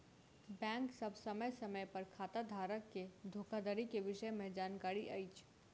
bank सभ समय समय पर खाताधारक के धोखाधड़ी के विषय में जानकारी अछि